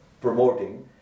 promoting